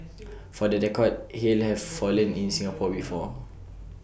for the record hail have fallen in Singapore before